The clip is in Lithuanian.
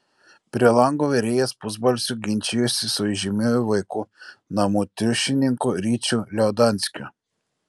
prie lango virėjas pusbalsiu ginčijosi su įžymiuoju vaikų namų triušininku ryčiu liaudanskiu